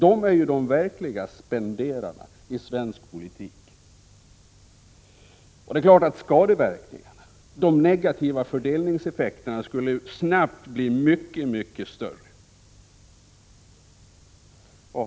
Vpk-arna är de verkliga spenderarna i svensk politik. Det är klart att skadeverkningarna, de negativa fördelningseffekterna, snabbt skulle bli mycket större.